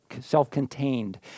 self-contained